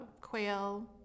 quail